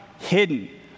hidden